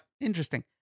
Interesting